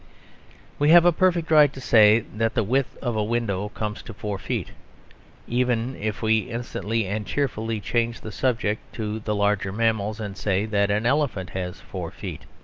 we have a perfect right to say that the width of a window comes to four feet even if we instantly and cheerfully change the subject to the larger mammals and say that an elephant has four feet.